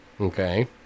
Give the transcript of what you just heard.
Okay